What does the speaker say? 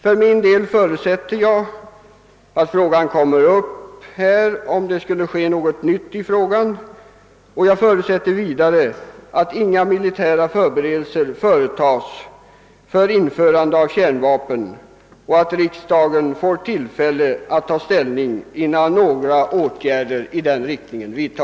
För min del förutsätter jag uttryckligen att frågan kommer upp på nytt, om något skulle inträffa, och att inga militära förberedelser görs för införande av kärnvapen utan att riksdagen dessförinnan får tillfälle att ta ställning till åtgärderna.